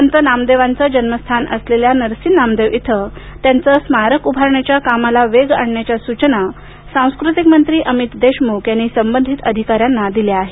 संत नामदेवांचं जन्मस्थान असलेल्या नरसी नामदेव इथं त्यांचं स्मारक उभारण्याच्या कामाला वेग आणण्याच्या सूचना सांस्कृतिक मंत्री अमित देशमुख यांनी संबंधित अधिकाऱ्यांना दिल्या आहेत